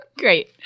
Great